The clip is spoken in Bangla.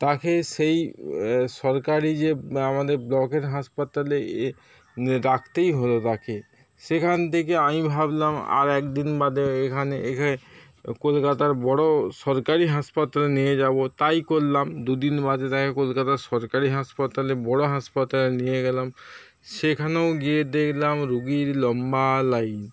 তাঁকে সেই সরকারি যে আমাদের ব্লকের হাসপাতালে এ রাখতেই হলো তাঁকে সেখান থেকে আমি ভাবলাম আর একদিন বাদে এখানে একে কলকাতার বড় সরকরি হাসপাতাল নিয়ে যাবো তাই করলাম দুদিন বাদে তাঁকে কলকাতার সরকরি হাসপাতালে বড় হাসপাতালে নিয়ে গেলাম সেখানেও গিয়ে দেখলাম রুগীর লম্বা লাইন